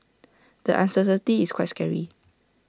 the uncertainty is quite scary